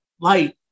light